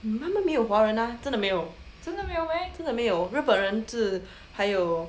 mm 他们没有华人 ah 真的没有真的没有日本人是还有